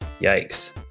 yikes